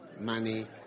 money